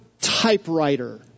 typewriter